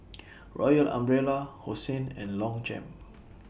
Royal Umbrella Hosen and Longchamp